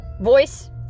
voice